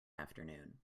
afternoon